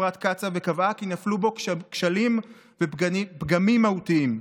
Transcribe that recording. חברת קצא"א וקבע כי נפלו בו כשלים ופגמים מהותיים.